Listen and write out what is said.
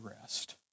rest